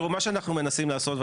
מה שאנחנו מנסים לעשות,